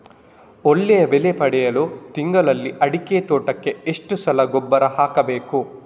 ಒಳ್ಳೆಯ ಬೆಲೆ ಪಡೆಯಲು ತಿಂಗಳಲ್ಲಿ ಅಡಿಕೆ ತೋಟಕ್ಕೆ ಎಷ್ಟು ಸಲ ಗೊಬ್ಬರ ಹಾಕಬೇಕು?